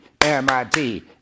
MIT